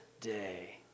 day